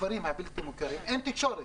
בכפרים הבלתי מוכרים אין תקשורת